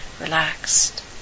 relaxed